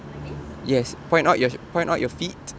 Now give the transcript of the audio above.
like this